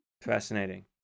fascinating